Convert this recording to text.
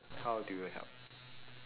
how do you help